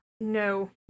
No